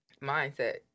Mindset